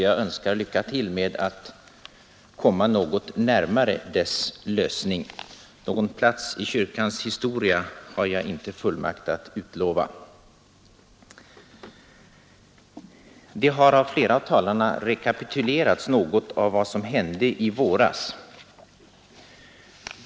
Jag önskar honom lycka till med att komma något närmare dess lösning — någon plats i kyrkans historia har jag inte fullmakt att utlova. Flera av talarna har rekapitulerat något av vad som hände i våras.